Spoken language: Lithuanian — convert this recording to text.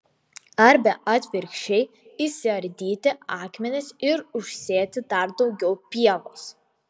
arba atvirkščiai išsiardyti akmenis ir užsėti dar daugiau pievos